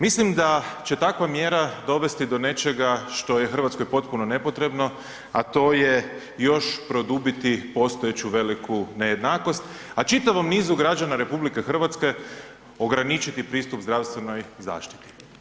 Mislim da će takva mjera dovesti do nečega što je Hrvatskoj potpuno nepotrebno, a to je još produbiti postojeću veliku nejednakost, a čitavom nizu građana RH ograničiti pristup zdravstvenoj zaštiti.